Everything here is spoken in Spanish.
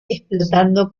explotando